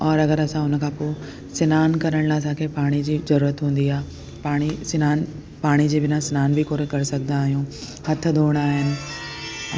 ओर अगरि असां हुन खां पोइ सनानु करण लाइ असांखे पाणी जी ज़रूरत हूंदी आहे पाणी सनानु पाण जे बिना सनानु बि कोन करे सघंदा आहियूं हथ धोअण आहिनि